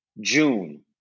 June